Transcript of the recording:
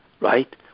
right